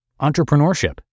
entrepreneurship